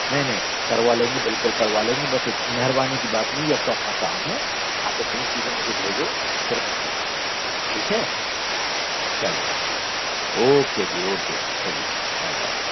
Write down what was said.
नहीं नहीं करवा लेंगे बिल्कुल करवा लेंगे बस मेहरबानी की बात नहीं ये तो अपना काम है आप इतनी चीज़ें मुझे भेजो फिर मैं करवा के भेज ठीक है चलिए चलिए ओके जी ओके जी चलिए बाय बाय